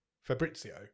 Fabrizio